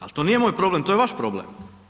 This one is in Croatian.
Ali to nije moj problem, to je vaš problem.